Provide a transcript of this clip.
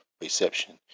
reception